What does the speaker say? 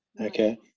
Okay